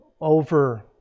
over